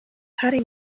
paddy